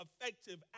effective